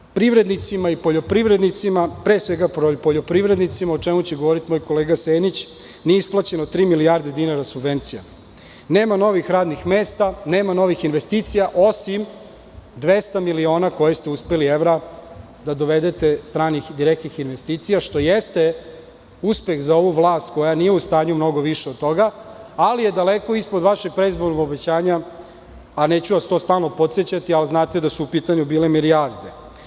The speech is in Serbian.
Inače, privrednicima i poljoprivrednicima, pre svega poljoprivrednicima, o čemu će govoriti moj kolega Senić, nije isplaćeno tri milijarde dinara subvencija, nema novih radnih mesta, nema novih investicija, osim 200 miliona evra koje ste uspeli da dovedete, stranih direktnih investicija, što jeste uspeh za ovu vlast koja nije u stanju mnogo više od toga, ali je daleko ispod vašeg predizbornog obećanja, a neću vas to stalno podsećati, ali znate da su u pitanju bile milijarde.